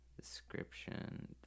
Description